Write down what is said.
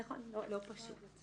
נכון, לא פשוט.